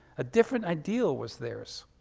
a different ideal was theirs.